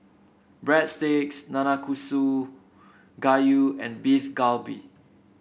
Breadsticks Nanakusa Gayu and Beef Galbi